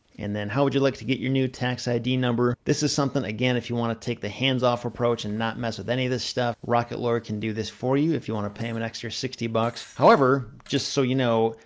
and then how would you like to get your new tax id number? this is something, again, if you wanna take the hands-off approach and not mess with any of this stuff, rocket lawyer can do this for you, if you wanna pay em an extra sixty bucks. however, just so you know,